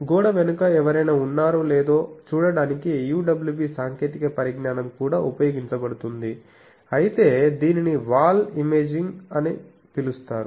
గోడ వెనుక ఎవరైనా ఉన్నారో లేదో చూడటానికి UWB సాంకేతిక పరిజ్ఞానం కూడా ఉపయోగించబడుతుంది అయితే దీనిని వాల్ ఇమేజింగ్ అని పిలుస్తారు